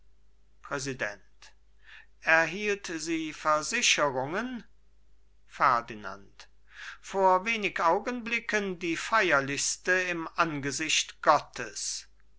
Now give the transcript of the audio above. präsident erhielt sie versicherungen ferdinand vor wenig augenblicken die feierlichste im angesicht gottes